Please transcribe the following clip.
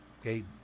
Okay